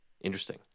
Interesting